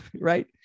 right